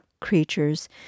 creatures